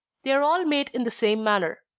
they are all made in the same manner.